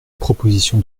proposition